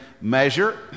measure